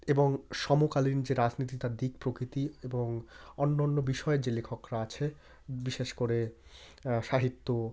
এবং সমকালীন যে রাজনীতি তার দিক প্রকৃতি এবং অন্য অন্য বিষয়ের যে লেখকরা আছে বিশেষ করে সাহিত্য